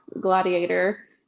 Gladiator